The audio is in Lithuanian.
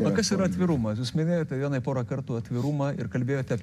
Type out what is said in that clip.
o kas yra atvirumas jūs minėjote jonai porą kartų atvirumą ir kalbėjote apie